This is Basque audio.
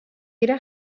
dira